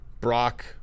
Brock